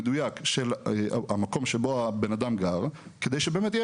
מדויק של המקום שבו הבנאדם גר כדי שבאמת יהיה